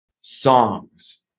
Songs